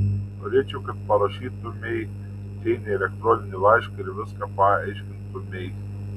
norėčiau kad parašytumei džeinei elektroninį laišką ir viską paaiškintumei